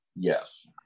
Yes